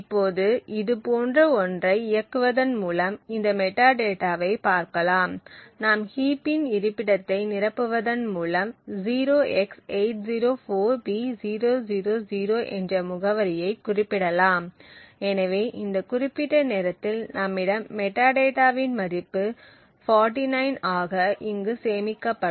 இப்போது இதுபோன்ற ஒன்றை இயக்குவதன் மூலம் இந்த மெட்டாடேட்டாவைப் பார்க்கலாம் நாம் ஹீப்பின் இருப்பிடத்தை நிரப்புவதன் மூலம் 0x804b000 என்ற முகவரியைக் குறிப்பிடலாம் எனவே இந்த குறிப்பிட்ட நேரத்தில் நம்மிடம் மெட்டாடேட்டாவின் மதிப்பு 49 ஆக இங்கு சேமிக்கப்படும்